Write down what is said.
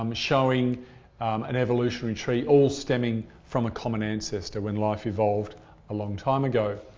um showing an evolutionary tree all stemming from a common ancestor, when life evolved a long time ago.